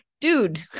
dude